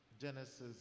Genesis